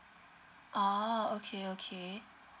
oh okay okay